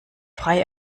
frei